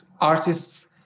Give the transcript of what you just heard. artists